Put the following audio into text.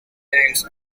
times